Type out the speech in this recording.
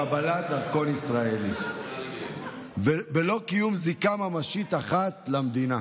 קבלת דרכון ישראלי בלא קיום זיקה ממשית אחת למדינה,